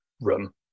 room